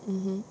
ah